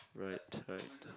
right right